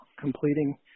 Completing